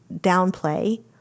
downplay